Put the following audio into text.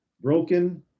broken